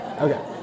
Okay